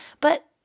But